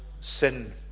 sin